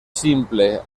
simple